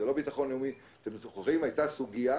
אתם זוכרים,